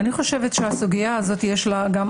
אני חושב שגם שר הרווחה והמטה שלו ואתם.